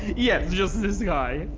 yes, just this guy.